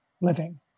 living